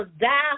die